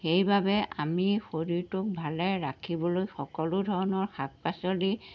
সেইবাবে আমি শৰীৰটোক ভালে ৰাখিবলৈ সকলো ধৰণৰ শাক পাচলি